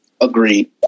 Agreed